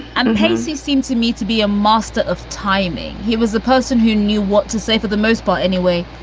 and he seemed to me to be a master of timing. he was the person who knew what to say for the most part anyway.